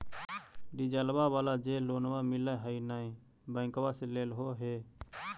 डिजलवा वाला जे लोनवा मिल है नै बैंकवा से लेलहो हे?